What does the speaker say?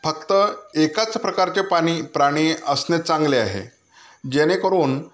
फक्त एकाच प्रकारचे पानी प्राणी असणे चांगले आहे जेणेकरून